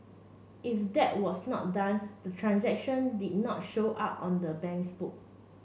if that was not done the transaction did not show up on the bank's book